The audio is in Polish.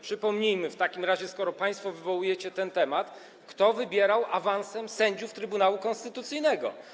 Przypomnijmy w takim razie, skoro państwo wywołujecie ten temat, kto wybierał awansem sędziów Trybunału Konstytucyjnego.